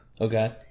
okay